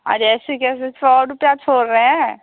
अरे ऐसे कैसे सौ रुपया छोड़ रहे हैं